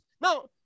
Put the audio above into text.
Now